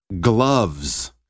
gloves